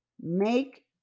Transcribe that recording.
make